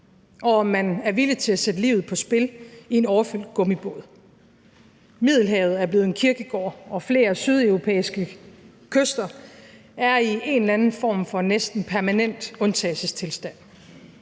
og om man er villig til at sætte livet på spil i en overfyldt gummibåd. Middelhavet er blevet en kirkegård, og flere sydeuropæiske kyster er i en eller anden form for næsten permanent undtagelsestilstand.